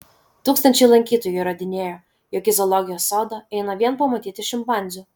tūkstančiai lankytojų įrodinėjo jog į zoologijos sodą eina vien pamatyti šimpanzių